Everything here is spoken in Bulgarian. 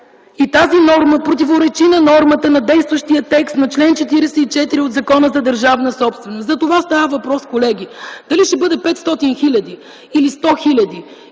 и тази норма противоречи на нормата на действащия текст на чл. 44 от Закона за държавната собственост. За това става въпрос, колеги. Дали ще бъде 500 хиляди или 100 хиляди,